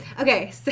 Okay